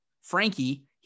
Frankie